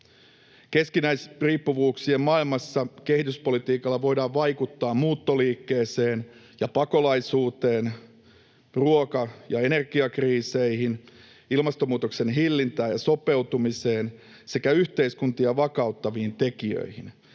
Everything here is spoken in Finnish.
Keskinäisriippuvuuksien maailmassa kehityspolitiikalla voidaan vaikuttaa muuttoliikkeeseen ja pakolaisuuteen, ruoka- ja energiakriiseihin, ilmastonmuutoksen hillintään ja siihen sopeutumiseen sekä yhteiskuntia vakauttaviin tekijöihin.